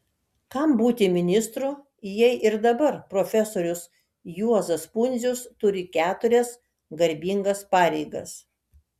kam būti ministru jei ir dabar profesorius juozas pundzius turi keturias garbingas pareigas